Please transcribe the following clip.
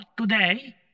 today